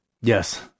Yes